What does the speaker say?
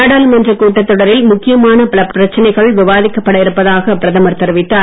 நாடாளுமன்றக் கூட்டத்தொடரில் ழுக்கியமான பல பிரச்சனைகள் விவாதிக்கப்பட இருப்பதாக பிரதமர் தெரிவித்தார்